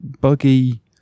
buggy